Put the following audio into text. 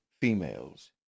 females